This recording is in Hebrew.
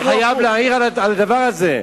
ואני חייב להעיר על הדבר הזה.